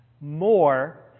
more